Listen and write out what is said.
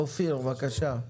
אופיר, בבקשה.